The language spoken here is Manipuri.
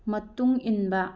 ꯃꯇꯨꯡ ꯏꯟꯕ